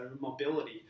mobility